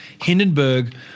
Hindenburg